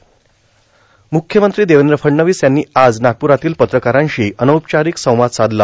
म्रख्यमंत्री देवद्र फडणवीस यांनी आज नागप्रातील पत्रकारांशी अनौपचारक संवाद साधला